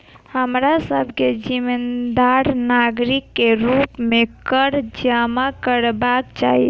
हमरा सभ के जिम्मेदार नागरिक के रूप में कर जमा करबाक चाही